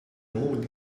mouldy